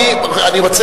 הנה,